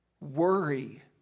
worry